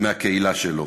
מהקהילה שלו.